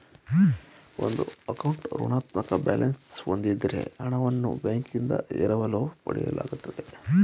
ಒಂದು ಅಕೌಂಟ್ ಋಣಾತ್ಮಕ ಬ್ಯಾಲೆನ್ಸ್ ಹೂಂದಿದ್ದ್ರೆ ಹಣವನ್ನು ಬ್ಯಾಂಕ್ನಿಂದ ಎರವಲು ಪಡೆಯಲಾಗುತ್ತೆ